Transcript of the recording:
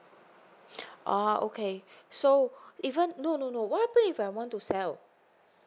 oh okay so even no no no what happen if I want to sell